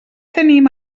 tenim